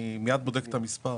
אני מיד בודק את המספר.